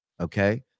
Okay